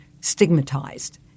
stigmatized